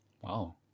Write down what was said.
Wow